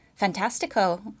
Fantastico